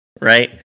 right